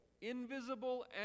invisible